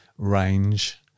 range